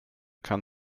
kann